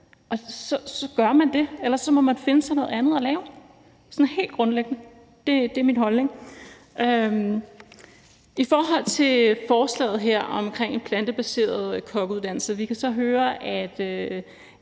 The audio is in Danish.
og så gør man det. Ellers må man finde sig noget andet at lave. Det er sådan helt grundlæggende min holdning. I forhold til forslaget her om en plantebaseret kokkeuddannelse kan vi så høre, at